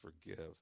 forgive